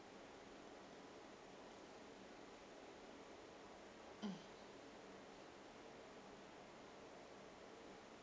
mm